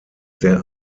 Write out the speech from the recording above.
der